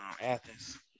Athens